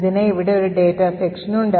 ഇതിന് ഇവിടെ ഒരു ഡാറ്റ section ഉണ്ട്